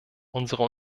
unserer